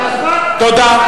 תודה.